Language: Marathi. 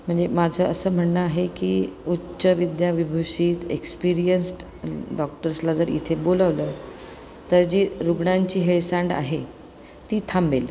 म्हणजे माझं असं म्हणणं आहे की उच्च विद्याविभूषित एक्सपिरीयन्सड डॉक्टर्सला जर इथे बोलावलं तर जे रुग्णांची हेळसांड आहे ती थांबेल